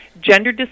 gender